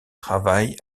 travaille